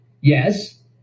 Yes